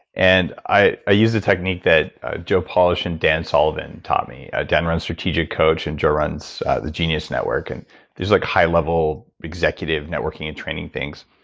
and i i use a technique that joe polish and dan sullivan taught me. dan runs strategic coach. and joe runs the genius network. and these are like high level, executive networking and training things.